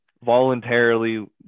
voluntarily